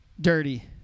dirty